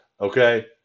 okay